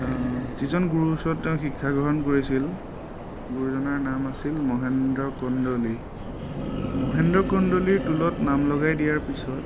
যিজন গুৰুৰ ওচৰত তেওঁ শিক্ষাগ্ৰহণ কৰিছিল গুৰুজনাৰ নাম আছিল মহেন্দ্ৰ কণ্ডলী মহেন্দ্ৰ কণ্ডলীৰ টোলত নাম লগাই দিয়াৰ পিছত